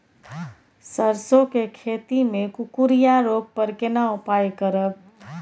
सरसो के खेती मे कुकुरिया रोग पर केना उपाय करब?